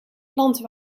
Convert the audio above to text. planten